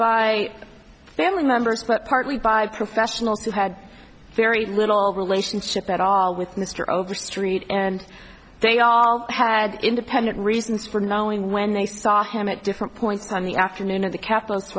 by family members but partly by professionals who had very little relationship at all with mr overstreet and they all had independent reasons for knowing when they saw him at different points on the afternoon of the capital